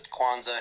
Kwanzaa